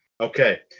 Okay